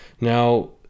Now